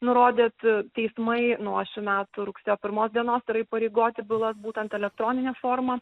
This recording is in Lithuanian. nurodėt teismai nuo šių metų rugsėjo pirmos dienos yra įpareigoti bylas būtent elektronine forma